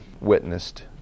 witnessed